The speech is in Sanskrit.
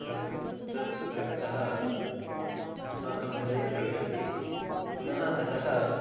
रक्तं रक्तः अस्माकं हृदयं प्रविशति पुनः ततः